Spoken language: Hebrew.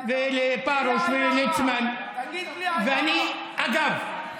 ולפרוש ולליצמן, בלי עין הרע.